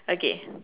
okay